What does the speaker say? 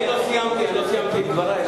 אני לא סיימתי את דברי.